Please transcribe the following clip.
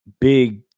big